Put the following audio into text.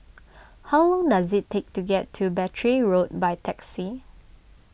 how long does it take to get to Battery Road by taxi